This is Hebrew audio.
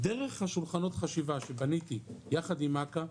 דרך שולחנות החשיבה שבניתי יחד עם אכ"א,